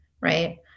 right